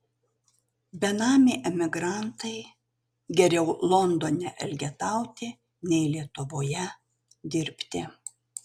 benamiai emigrantai geriau londone elgetauti nei lietuvoje dirbti